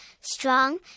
strong